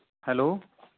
hello